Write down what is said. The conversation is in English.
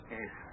Yes